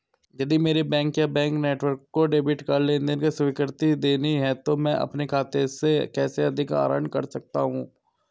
यदि मेरे बैंक या बैंक नेटवर्क को डेबिट कार्ड लेनदेन को स्वीकृति देनी है तो मैं अपने खाते से कैसे अधिक आहरण कर सकता हूँ?